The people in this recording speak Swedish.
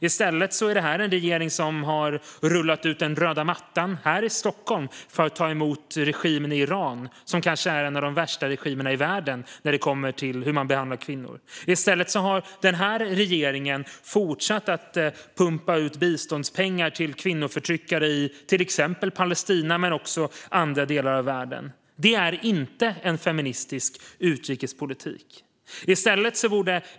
I stället har regeringen rullat ut röda mattan här i Stockholm för att ta emot regimen Irans representant; Iran är kanske en av de värsta regimerna i världen när det gäller hur man behandlar kvinnor. I stället har den här regeringen fortsatt att pumpa ut biståndspengar till kvinnoförtryckare i exempelvis Palestina men även andra delar av världen. Det är inte en feministisk utrikespolitik.